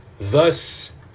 thus